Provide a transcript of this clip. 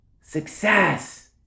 success